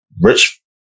rich